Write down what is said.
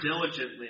diligently